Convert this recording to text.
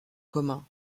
commun